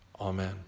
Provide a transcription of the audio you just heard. Amen